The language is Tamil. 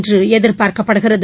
என்றுஎதி்பார்க்கப்படுகிறது